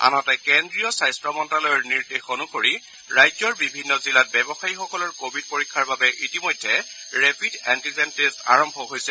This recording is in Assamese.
আনহাতে কেন্দ্ৰীয় স্বাস্থ্য মন্ত্যালয়ৰ নিৰ্দেশ অনুসৰি ৰাজ্যৰ বিভিন্ন জিলাত ব্যৱসায়ীসকলৰ কোৱিড পৰীক্ষাৰ বাবে ইতিমধ্যে ৰেপিড এণ্টিজেন টেষ্ট আৰম্ভ হৈছে